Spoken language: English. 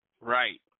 Right